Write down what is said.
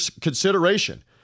consideration